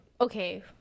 okay